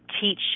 teach